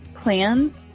plans